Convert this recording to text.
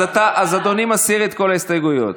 אז אדוני מסיר את כל ההסתייגויות.